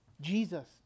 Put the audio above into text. Jesus